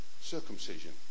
circumcision